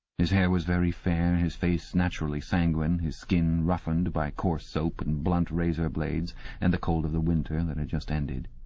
his hair was very fair, his face naturally sanguine, his skin roughened by coarse soap and blunt razor blades and the cold of the winter and that had just ended.